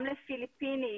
גם לפיליפינית,